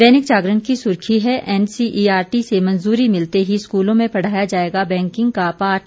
दैनिक जागरण की सुर्खी है एनसीईआरटी से मंजूरी मिलते ही स्कूलों में पढ़ाया जाएगा बैंकिंग का पाठ